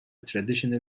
traditional